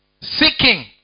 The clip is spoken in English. seeking